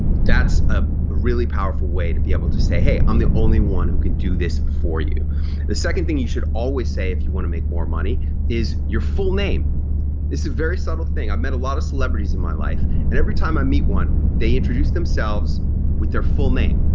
that's a really powerful way to be able to say, hey i'm the only one who can do this for you the second thing you should always say if you want to make more money is your full name. this is a very subtle thing. i've met a lot of celebrities in my life and every time i meet one they introduce themselves with their full name.